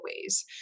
ways